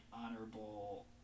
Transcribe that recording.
honorable